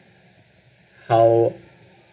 how